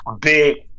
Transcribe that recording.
big